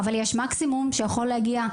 אבל יש מקסימום שיכול להגיע,